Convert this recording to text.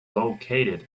located